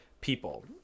people